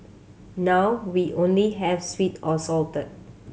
now we only have sweet or salted